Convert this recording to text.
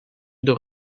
door